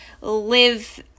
live